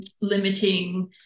limiting